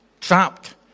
trapped